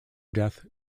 death